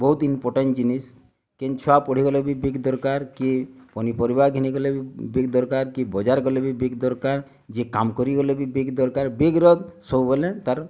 ବହୁତ୍ ଇମ୍ପୋଟାଣ୍ଟ୍ ଜିନିଷ୍ କିନ ଛୁଆ ପଢ଼ିଗଲେ ବି ବେଗ୍ ଦରକାର୍ କି ପନିପରିବା ଘେନିଗଲେ ବି ବେଗ୍ ଦରକାର୍ କି ବଜାର୍ ଗଲେ ବି ବେଗ୍ ଦରକାର୍ ଯେ କାମ୍ କରିଗଲେ ବି ବେଗ୍ ଦରକାର୍ ବେଗ୍ର ସବୁବେଲେ ତା'ର୍